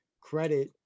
credit